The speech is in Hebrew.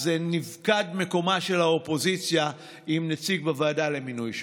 נפקד מקומה של האופוזיציה עם נציג בוועדה למינוי שופטים,